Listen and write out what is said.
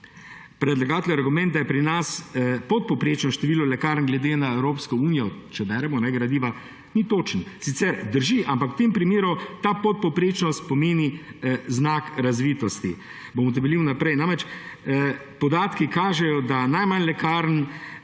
Predlagatelji, argument, da je pri nas podpovprečno število lekarn glede na Evropsko unijo, če beremo gradiva, ni točen. Sicer drži, ampak v tem primeru ta podpovprečnost pomeni znak razvitosti. Bom utemeljil naprej, namreč podatki kažejo, da je najmanj lekarn